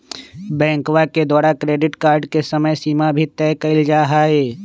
बैंकवा के द्वारा क्रेडिट कार्ड के समयसीमा भी तय कइल जाहई